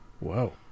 Wow